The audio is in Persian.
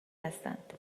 هستند